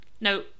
no